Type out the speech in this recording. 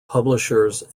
publishers